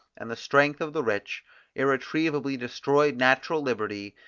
and the strength of the rich irretrievably destroyed natural liberty,